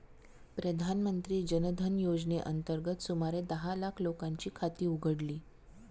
प्रधानमंत्री जन धन योजनेअंतर्गत सुमारे दहा लाख लोकांची खाती उघडली